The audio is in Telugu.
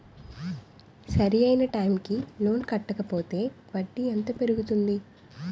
సరి అయినా టైం కి లోన్ కట్టకపోతే వడ్డీ ఎంత పెరుగుతుంది?